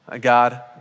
God